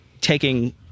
taking